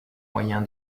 moyen